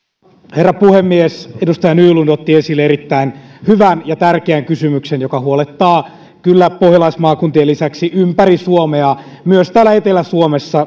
herra puhemies edustaja nylund otti esille erittäin hyvän ja tärkeän kysymyksen joka huolettaa kyllä pohjalaismaakuntien lisäksi ympäri suomea myös täällä etelä suomessa